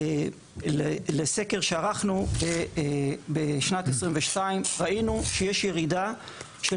לסקר שערכנו בשנת 2022 ראינו שיש ירידה של